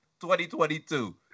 2022